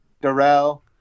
Darrell